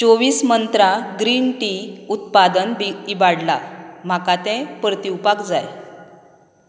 चोवीस मंत्रां green tea उत्पादन बी इबाडलां म्हाका तें परतीवपाक जाय